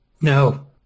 No